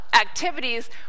activities